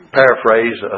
paraphrase